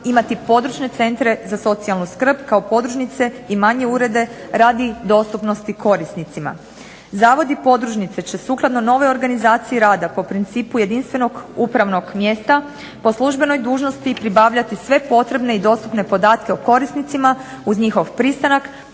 imati područne centre za socijalnu skrb kao podružnice i manje urede radi dostupnosti korisnicima. Zavodi podružnice će sukladno novoj organizaciji rada po principu jedinstvenog upravnog mjesta po službenoj dužnosti pribavljati sve potrebne i dostupne podatke o korisnicima uz njihov pristanak